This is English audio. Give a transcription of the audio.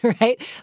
right